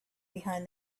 behind